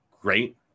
great